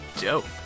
dope